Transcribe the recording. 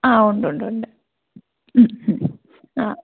ആ ഉണ്ട് ഉണ്ട് ഉണ്ട് ഉം ആ